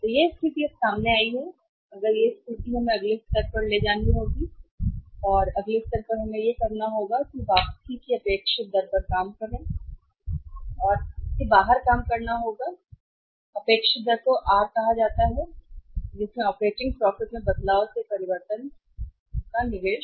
तो यह स्थिति अब सामने आई है अगर यह है स्थिति तब हमें अब अगले स्तर के लिए जाना होगा और अगले स्तर पर हमें यह करना होगा वापसी की अपेक्षित दर पर काम करें हमें वापसी की अपेक्षित दर और बाहर काम करना होगा वापसी की अपेक्षित दर को आर के रूप में कहा जाता है जिसमें ऑपरेटिंग प्रॉफिट में बदलाव से परिवर्तन होता है निवेश